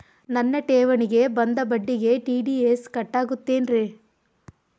ನನ್ನ ಠೇವಣಿಗೆ ಬಂದ ಬಡ್ಡಿಗೆ ಟಿ.ಡಿ.ಎಸ್ ಕಟ್ಟಾಗುತ್ತೇನ್ರೇ?